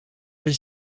his